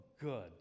good